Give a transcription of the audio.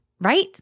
right